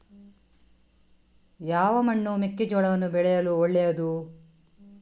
ಯಾವ ಮಣ್ಣು ಮೆಕ್ಕೆಜೋಳವನ್ನು ಬೆಳೆಯಲು ಒಳ್ಳೆಯದು?